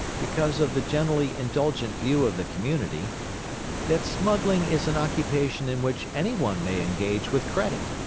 because of the generally indulgent view of the community that smuggling is an occupation in which any one may engage with credit,